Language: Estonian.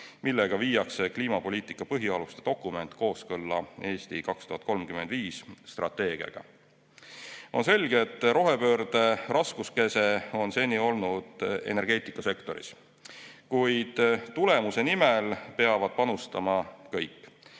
millega viiakse kliimapoliitika põhialuste dokument kooskõlla "Eesti 2035" strateegiaga. On selge, et rohepöörde raskuskese on seni olnud energeetikasektoris, kuid tulemuse nimel peavad panustama kõik.